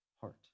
heart